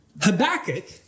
Habakkuk